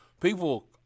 people